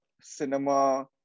cinema